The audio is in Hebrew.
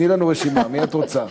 תני לנו רשימה, מי את רוצה?